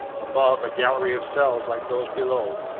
above, a gallery of cells like those below,